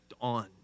on